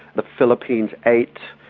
the philippines eight.